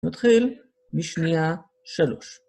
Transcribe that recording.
נתחיל בשנייה שלוש